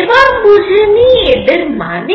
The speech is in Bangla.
এবার বুঝে নিই এদের মানে কি